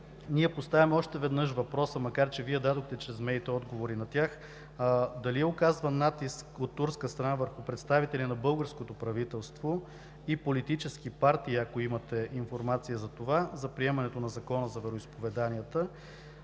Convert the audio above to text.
ние поставяме още веднъж въпроса, макар че Вие дадохте чрез медиите отговори на тях: оказван ли е натиск от турска страна върху представители на българското правителство и политически партии – ако имате информация за това – за приемането на Закона за вероизповеданията?